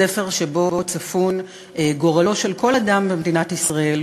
ספר שבו צפון גורלו של כל אדם במדינת ישראל,